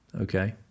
okay